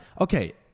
Okay